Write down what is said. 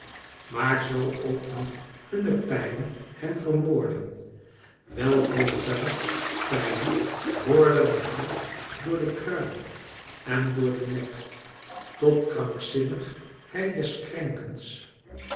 maar zoo ook niet hunne pijlen hem vermoordden wel veel feller pijlen boorden den held door den kruin en door den nek tot krankzinnig hij des